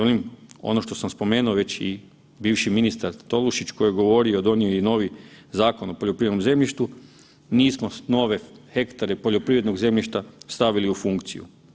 Velim, ono što sam spomenuo već i bivši ministar Tolušić koji je govorio, donio je i novi Zakon o poljoprivrednom zemljištu, nismo nove hektare poljoprivrednog zemljišta stavili u funkciju.